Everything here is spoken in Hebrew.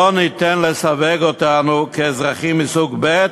לא ניתן לסווג אותנו כאזרחים סוג ב',